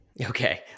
Okay